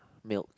milk